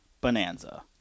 Bonanza